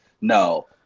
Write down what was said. No